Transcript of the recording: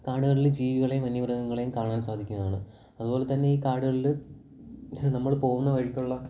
കാടുകളിൽ ജീവികളെയും വന്യമൃഗങ്ങളെയും കാണാൻ സാധിക്കുന്നതാണ് അതുപോലെത്തന്നെ ഈ കാടുകളിൽ നമ്മൾ പോകുന്ന വഴിക്കുള്ള